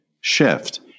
shift